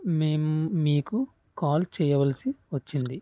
మేము మీకు కాల్ చేయవలసి వచ్చింది